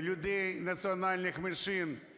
людей національних меншин